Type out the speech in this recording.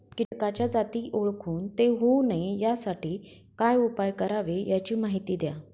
किटकाच्या जाती ओळखून ते होऊ नये यासाठी काय उपाय करावे याची माहिती द्या